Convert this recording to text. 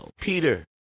Peter